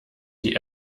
die